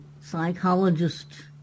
psychologist